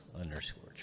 underscore